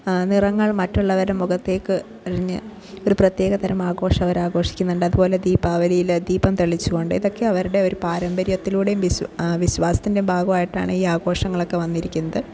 നിറങ്ങൾ മറ്റുള്ളവരുടെ മുഖത്തേക്ക് എറിഞ്ഞ് ഒരു പ്രത്യേക തരം ആഘോഷം അവര് ആഘോഷിക്കുന്നുണ്ട് അതുപോലെ ദീപാവലിയിലെ ദീപം തെളിയിച്ചു കൊണ്ട് ഇതൊക്കെ അവരുടെ ഒരു പാരമ്പര്യത്തിലൂടെയും വിശ്വാ വിശ്വാസത്തിൻ്റെ ഭാഗമായിട്ടാണ് ഈ ആഘോഷങ്ങളൊക്കെ വന്നിരിക്കുന്നത്